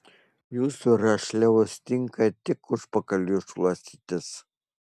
jūsų rašliavos tinka tik užpakaliui šluostytis